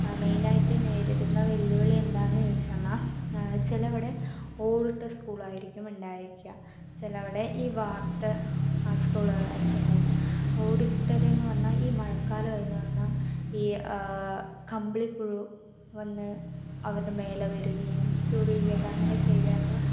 മെയിനായിട്ട് നേരിടുന്ന വെല്ലുവിളി എന്താണെന്ന് ചോദിച്ചു പറഞ്ഞാൽ ചിലവിടെ ഓടിട്ട സ്കൂളായിരിക്കും ഉണ്ടായിരിക്കുക ചിലവിടെ ഈ വാർത്ത സ്കൂളുകളായിരിക്കും ഉണ്ടായിരിക്കുക ഓടിട്ടതെന്ന് പറഞ്ഞാൽ ഈ മഴക്കാലമായെന്നു പറഞ്ഞാൽ ഈ കമ്പിളിപ്പുഴു വന്ന് അവരുടെ മേലെ വരികയും ചൊറിയുകയുമൊക്കെ അങ്ങനെ ചെയ്യാറുണ്ട്